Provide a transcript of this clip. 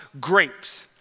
grapes